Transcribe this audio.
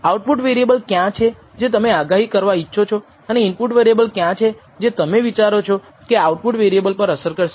output variable ક્યાં છે જે તમે આગાહી કરવા ઇચ્છો છો અને ઈનપુટ વેરીએબલ ક્યાં છે જે તમે વિચારો છો કે આઉટપુટ વેરીએબલ પર અસર કરશે